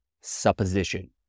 supposition